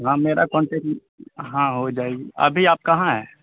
ہاں میرا کانٹیکٹ ہاں ہو جائے گی ابھی آپ کہاں ہے